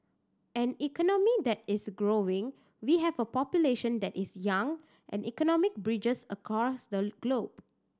an economy that is growing we have a population that is young and economic bridges across the globe